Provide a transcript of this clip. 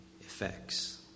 effects